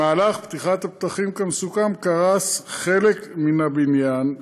במהלך פתיחת הפתחים כמסוכם קרס חלק מן הבניין,